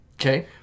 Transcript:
Okay